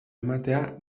ematea